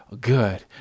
good